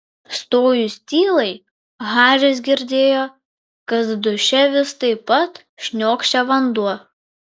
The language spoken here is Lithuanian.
stojus tylai haris girdėjo kad duše vis taip pat šniokščia vanduo